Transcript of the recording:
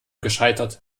gescheitert